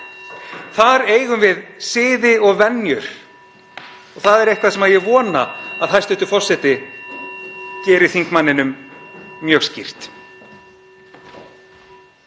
Þar eigum við siði og venjur og það er eitthvað sem ég vona að hæstv. forseti geri þingmanninum ljóst.